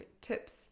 tips